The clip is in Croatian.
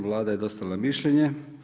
Vlada je dostavila mišljenje.